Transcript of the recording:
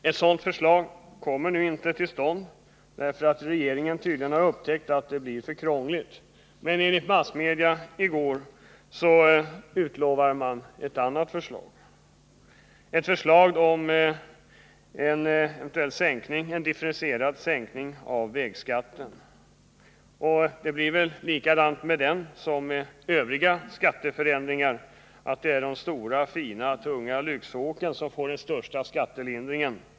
Ett sådant förslag kommer nu inte till stånd, därför att regeringen tydligen har upptäckt att det blir för krångligt, men enligt upgifter i massmedia i går utlovar man ett annat förslag, ett förslag om en differentierad sänkning av vägskatten. Det blir väl likadant med den som med övriga skatteförändringar att det är de stora, fina, tunga lyxåken som får den största skattelindringen.